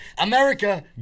America